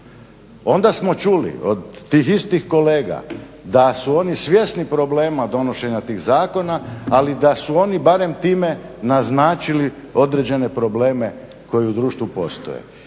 Onda smo čuli od tih istih kolega da su oni svjesni problema donošenja tih zakona, ali da su oni barem time naznačili određene probleme koji u društvu postoje.